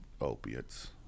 opiates